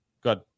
Good